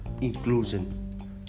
inclusion